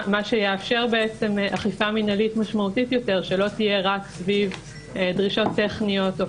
מה שיאפשר אכיפה משמעותית יותר שלא תהיה רק סביב דרישות טכניות או